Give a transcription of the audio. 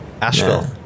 Asheville